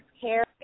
care